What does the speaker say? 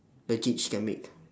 legit she can make